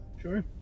Sure